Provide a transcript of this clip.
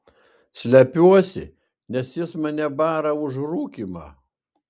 slepiuosi nes jis mane bara už rūkymą